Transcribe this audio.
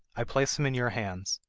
i place him in your hands.